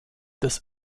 des